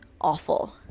awful